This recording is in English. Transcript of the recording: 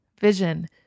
vision